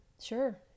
Sure